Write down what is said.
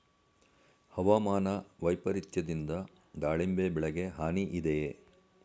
ಹವಾಮಾನ ವೈಪರಿತ್ಯದಿಂದ ದಾಳಿಂಬೆ ಬೆಳೆಗೆ ಹಾನಿ ಇದೆಯೇ?